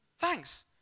Thanks